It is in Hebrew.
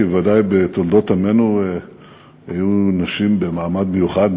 כי בוודאי בתולדות עמנו היו נשים במעמד מיוחד,